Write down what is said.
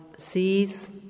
sees